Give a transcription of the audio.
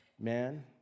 Man